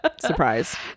surprise